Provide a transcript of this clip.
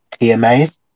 TMAs